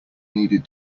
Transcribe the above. needed